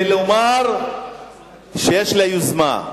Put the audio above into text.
ולומר שיש לה יוזמה.